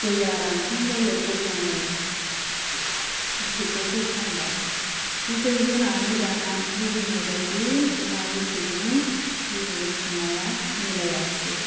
दैया रानहां जायो अब्लानो बिथैखौ होफ्लांबाय बिथै होनानै दाना लुबैनायबायदि अमा बिथैजों बिबुंजों संनाया मिलायासै